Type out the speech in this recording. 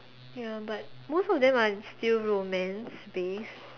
ya but most of them are still romance based